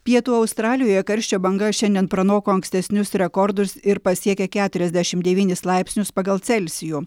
pietų australijoje karščio banga šiandien pranoko ankstesnius rekordus ir pasiekė keturiasdešim devynis laipsnius pagal celsijų